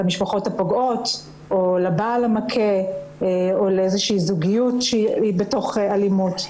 למשפחות הפוגעות או לבעל המכה או לאיזה שהיא זוגיות שהיא בתוך אלימות.